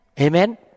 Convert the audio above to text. Amen